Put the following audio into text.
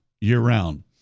year-round